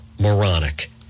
moronic